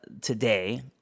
today